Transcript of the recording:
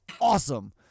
awesome